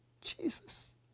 Jesus